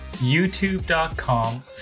youtube.com